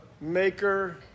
maker